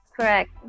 Correct